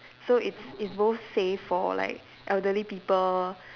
so it's it's both safe for like elderly people